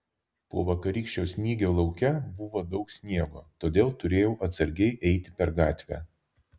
po vakarykščio snygio lauke buvo daug sniego todėl turėjau atsargiai eiti per gatvę